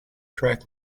track